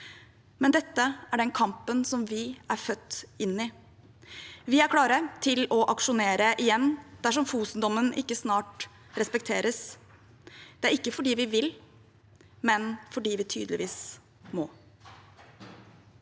Men dette er den kampen vi er født inn i. Vi er klare til å aksjonere igjen, dersom Fosen-dommen ikke snart respekteres. Det er ikke fordi vi vil, men fordi vi tydeligvis må.»